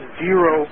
zero